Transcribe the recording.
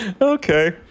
Okay